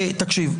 תקשיב.